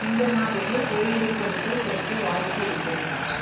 இந்த மாதம் தேயிலை பொருட்கள் கிடைக்க வாய்ப்பு இருக்கிறதா